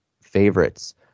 favorites